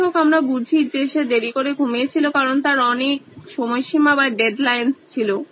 যাই হোক আমরা বুঝি যে সে দেরি করে ঘুমিয়েছিল কারণ তার অনেক সময়সীমা ছিল